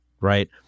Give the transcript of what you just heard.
right